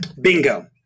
Bingo